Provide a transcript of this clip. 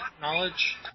knowledge